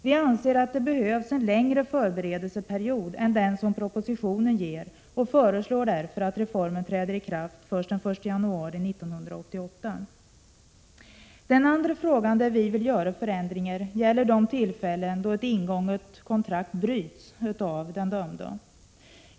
Vi anser att det behövs en längre förberedelseperiod än den som regeringen föreslår, och vi föreslår därför att reformen träder i kraft först den 1 januari 1988. Den andra fråga där vi vill göra förändringar gäller de tillfällen då ett ingånget kontrakt bryts av den dömde.